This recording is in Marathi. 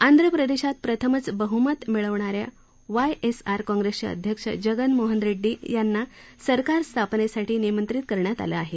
आंध्र प्रदेशात प्रथमच बहमत मिळवणाऱ्या वाय एस आर काँग्रेसचे अध्यक्ष जगनमोहन रेड्डी यांना सरकार स्थापनेसाठी निमंत्रित करण्यात आलं आहे